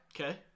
Okay